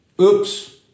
Oops